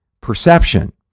perception